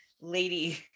lady